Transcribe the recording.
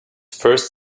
first